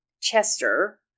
Chester